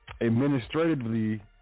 administratively